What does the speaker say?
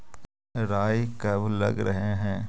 राई कब लग रहे है?